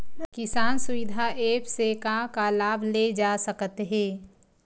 किसान सुविधा एप्प से का का लाभ ले जा सकत हे?